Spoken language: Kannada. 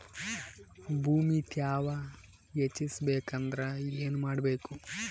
ಭೂಮಿ ತ್ಯಾವ ಹೆಚ್ಚೆಸಬೇಕಂದ್ರ ಏನು ಮಾಡ್ಬೇಕು?